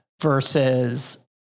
versus